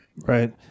Right